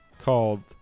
called